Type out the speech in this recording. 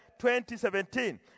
2017